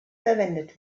verwendet